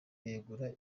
begura